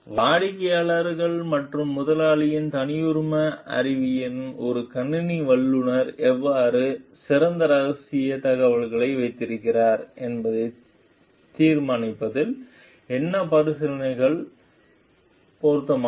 வாடிக்கையாளரின் மற்றும் முதலாளியின் தனியுரிம அறிவில் ஒரு கணினி வல்லுநர் எவ்வாறு சிறந்த இரகசியத் தகவல்களை வைத்திருக்கின்றார் என்பதைத் தீர்மானிப்பதில் என்ன பரிசீலனைகள் பொருத்தமானவை